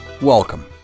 welcome